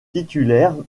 titulaire